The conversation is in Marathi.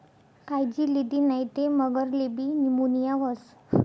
कायजी लिदी नै ते मगरलेबी नीमोनीया व्हस